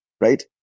right